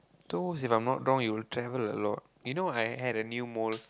those if I'm not wrong will travel a lot you know I had a new mole